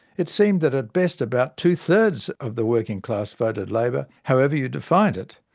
it seemed that at best about two thirds of the working class voted labor, however you defined it.